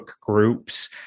groups